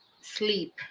Sleep